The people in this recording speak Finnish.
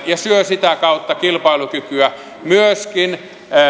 ja syö sitä kautta kilpailukykyä myöskin